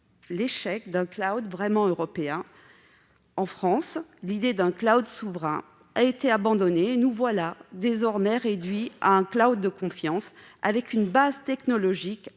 l'échec d'un vraiment européen. En France, l'idée d'un souverain a été abandonnée et nous voilà désormais réduits à un de confiance, qui repose sur une base technologique